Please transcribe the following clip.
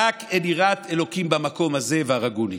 "רק אין יראת ה' במקום הזה והרגוני".